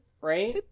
right